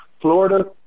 Florida